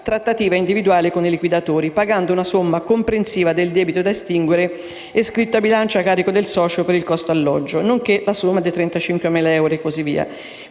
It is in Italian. trattativa individuale con i liquidatori pagando una somma comprensiva del debito da estinguere e iscritto a bilancio a carico del socio per il costo alloggio, nonché la somma di 35.000 euro. Risulta,